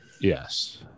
Yes